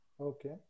Okay